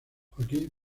joaquín